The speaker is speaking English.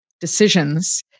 decisions